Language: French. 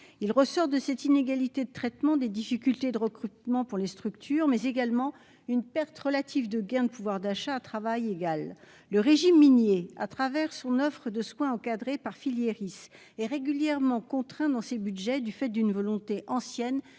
il ressort de cette inégalité de traitement des difficultés de recrutement pour les structures, mais également une perte relative de gain de pouvoir d'achat, à travail égal, le régime minier à travers son offre de soins, encadrés par filière, il est régulièrement contraint dans ses Budgets du fait d'une volonté ancienne